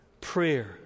prayer